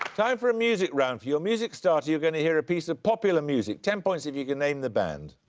time for a music round. for your music starter, you're going to hear a piece of popular music. ten points if you can name but and